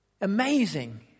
Amazing